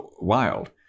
wild